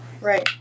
Right